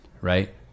right